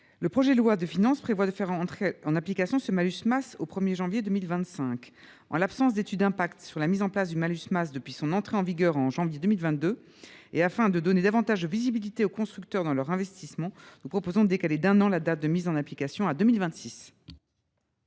Le projet de loi de finances prévoit de faire entrer en application ce malus masse au 1 janvier 2025. En l’absence d’étude d’impact sur la mise en place du malus masse depuis son entrée en vigueur en janvier 2022, et afin de donner davantage de visibilité aux constructeurs dans leurs investissements, nous proposons de décaler d’un an la date de mise en application.